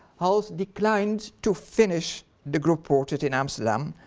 hals declined to finish the group portrait in amsterdam,